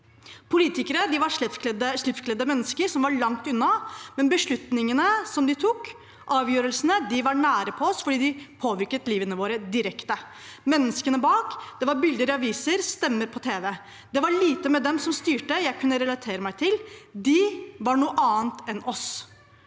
Politikere var slipskledde mennesker som var langt unna, men beslutningene og avgjørelsene de tok, var nær på oss, fordi de påvirket livet vårt direkte. Menneskene bak var bilder i aviser og stemmer på tv. Det var lite ved dem som styrte, jeg kunne relatere meg til. «De» var noe annet enn «oss».